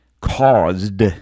caused